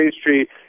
Street